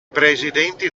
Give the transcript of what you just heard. presidenti